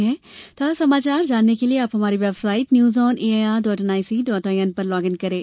ताजा समाचार जानने के लिए आप हमारी website news on A I R dot N I C dot I N पर लॉग इन करें